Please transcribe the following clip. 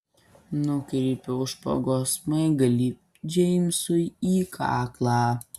nukreipiau špagos smaigalį džeimsui į kaklą